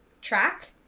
track